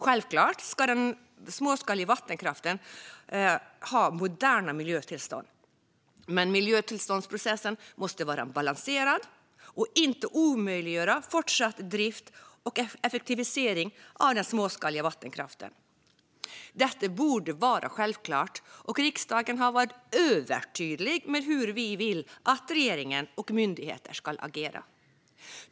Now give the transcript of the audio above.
Självklart ska den småskaliga vattenkraften ha moderna miljötillstånd, men miljötillståndsprocessen måste vara balanserad och får inte omöjliggöra fortsatt drift och effektivisering av den småskaliga vattenkraften. Detta borde vara självklart, och riksdagen har varit övertydlig med hur vi vill att regeringen och myndigheterna ska agera.